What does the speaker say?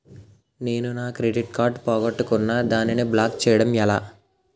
నేను నా credit card పోగొట్టుకున్నాను దానిని బ్లాక్ చేయడం ఎలా?